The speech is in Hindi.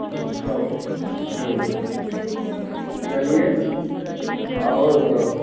महोत्सव चलिए और